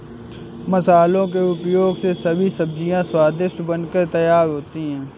मसालों के उपयोग से सभी सब्जियां स्वादिष्ट बनकर तैयार होती हैं